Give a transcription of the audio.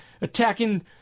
attacking